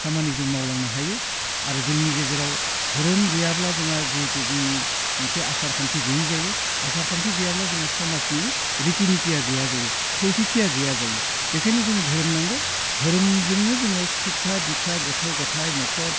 खामानि जों मावलांनो हायो आरो जोंनि गेजेराव धोरोम गैयाब्ला जोंहा जिहेतु जोंनि मोनसे आसारखान्थि गोयि जायो आसारखान्थि गैयाब्ला जोंहा समाजनि रिथिनिटिया गैया जायो खौसेथिया गैया जायो बेखायनो जोंंनो धोरोम नांगौ धोरोमजोंनो जोङो सिखा धिखा गथ' गथाइ न'खर